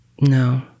No